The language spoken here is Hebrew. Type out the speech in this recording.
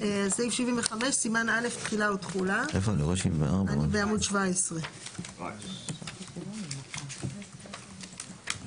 סימן א' - תחילה ותחולה 75. (א)